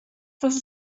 dass